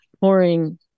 pouring